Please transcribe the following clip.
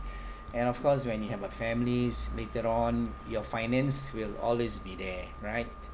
and of course when you have a families later on your finance will always be there